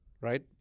right